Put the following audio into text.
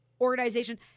organization